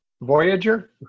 Voyager